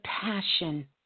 passion